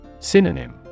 Synonym